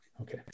Okay